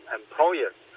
employers